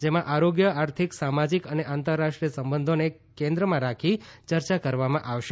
જેમાં આરોગ્ય આર્થિક સામાજીક અને આંતરરાષ્ટ્રીય સંબંધોને કેન્દ્રમાં રાખી ચર્ચા કરવામાં આવશે